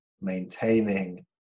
maintaining